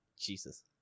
Jesus